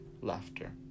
laughter